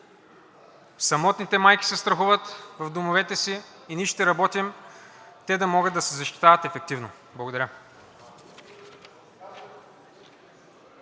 самотните майки се страхуват в домовете си, и ние ще работим те да могат да се защитават ефективно. Благодаря.